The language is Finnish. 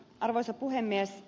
arvoisa puhemies